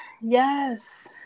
yes